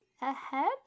ahead